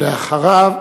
ואחריו,